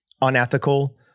unethical